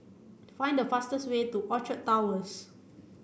find the fastest way to Orchard Towers